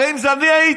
הרי אם זה אני הייתי,